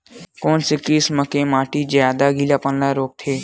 कोन से किसम के माटी ज्यादा गीलापन रोकथे?